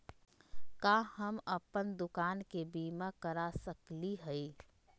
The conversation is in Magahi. का हम अप्पन दुकान के बीमा करा सकली हई?